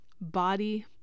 body